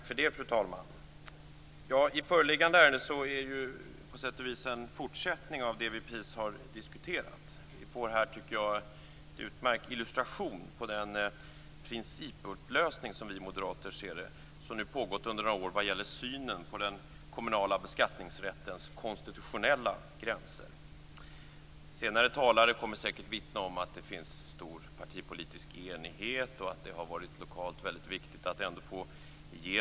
Fru talman! Föreliggande ärende är ju på sätt och vis en fortsättning av det som vi precis har diskuterat. Vi får här, tycker jag, en utmärkt illustration av den principupplösning, som vi moderater ser det, som har pågått under några år vad gäller synen på den kommunala beskattningsrättens konstitutionella gränser. Senare talare kommer säkert att vittna om att det finns stor partipolitisk enighet och om att det har varit lokalt väldigt viktigt att ändå få igenom detta.